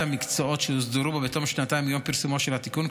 המקצועות שהוסדרו בו בתום שנתיים מיום פרסומו של התיקון,